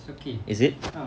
is it